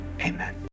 Amen